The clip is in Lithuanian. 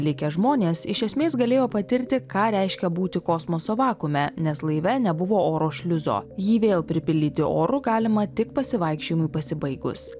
likę žmonės iš esmės galėjo patirti ką reiškia būti kosmoso vakuume nes laive nebuvo oro šliuzo jį vėl pripildyti oru galima tik pasivaikščiojimui pasibaigus